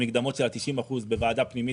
המקדמות של ה-90% בוועדה פנימית,